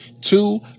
Two